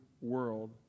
world